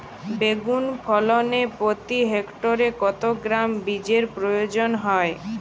বেগুন ফলনে প্রতি হেক্টরে কত গ্রাম বীজের প্রয়োজন হয়?